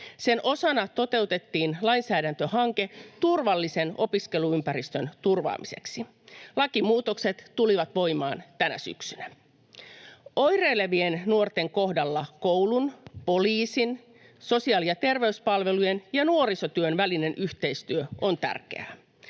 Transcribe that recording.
Sen osana toteutettiin lainsäädäntöhanke turvallisen opiskeluympäristön turvaamiseksi. Lakimuutokset tulivat voimaan tänä syksynä. Oireilevien nuorten kohdalla koulun, poliisin, sosiaali- ja terveyspalvelujen ja nuorisotyön välinen yhteistyö on tärkeää.